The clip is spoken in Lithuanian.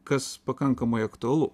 kas pakankamai aktualu